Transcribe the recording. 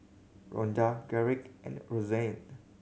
Ronda Garrick and Rozanne